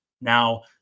Now